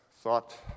thought